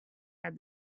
add